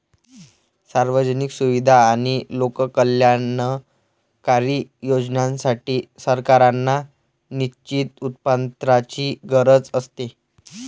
सार्वजनिक सुविधा आणि लोककल्याणकारी योजनांसाठी, सरकारांना निश्चित उत्पन्नाची गरज असते